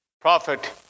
prophet